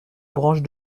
branche